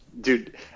dude